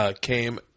came